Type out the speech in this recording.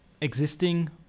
existing